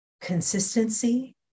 consistency